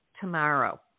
tomorrow